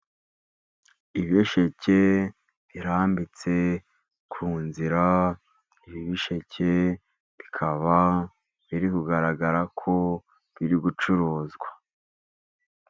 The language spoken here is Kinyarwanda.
ibisheke birambitse ku nzira, ibibisheke bikaba biri kugaragara ko biri gucuruzwa.